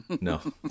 No